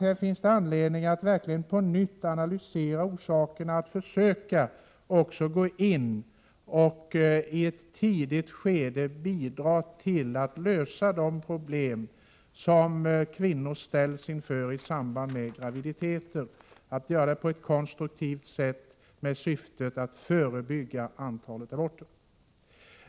Här finns det anledning att verkligen på nytt analysera orsakerna och att också försöka att i ett tidigt skede bidra till att lösa de problem som kvinnor ställs inför i samband med graviditet. Vi måste göra det på ett konstruktivt sätt med syftet att förebygga och minska antalet aborter.